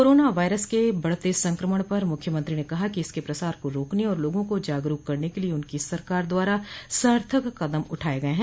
corona virus के बढ़ते संकमण पर मुख्यमंत्री ने कहा कि इसके प्रसार को रोकने और लोगों को जागरूक करने के लिए उनकी सरकार द्वारा सार्थक कदम उठाये गये हैं